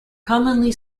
commonly